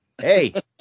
Hey